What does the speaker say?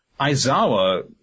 Aizawa